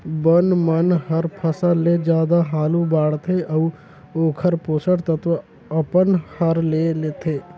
बन मन हर फसल ले जादा हालू बाड़थे अउ ओखर पोषण तत्व अपन हर ले लेथे